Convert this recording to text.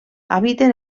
habiten